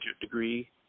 degree